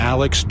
Alex